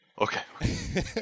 Okay